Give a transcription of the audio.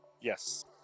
Yes